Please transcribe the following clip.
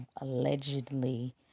allegedly